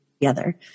together